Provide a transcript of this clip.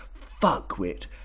fuckwit